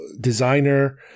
designer